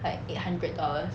like eight hundred dollars